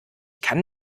kann